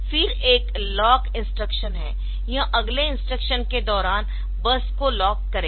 फिर एक lock instruction है यह अगले इंस्ट्रक्शन के दौरान बस को लॉक करेगा